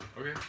Okay